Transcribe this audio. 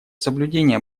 соблюдения